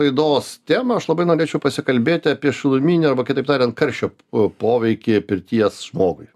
laidos temą aš labai norėčiau pasikalbėti apie šiluminį arba kitaip tariant karščio poveikį pirties žmogui